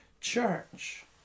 church